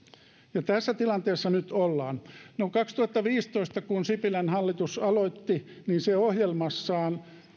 ja tässä tilanteessa nyt ollaan kaksituhattaviisitoista kun sipilän hallitus aloitti se ohjelmassaan